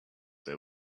they